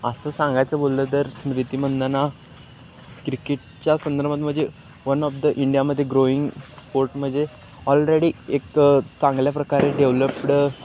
असं सांगायचं बोललं तर स्मृती मंदना क्रिकेटच्या संदर्भात म्हणजे वन ऑफ द इंडियामध्ये ग्रोइंग स्पोर्ट म्हणजे ऑलरेडी एक चांगल्या प्रकारे डेव्हलप्ड